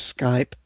Skype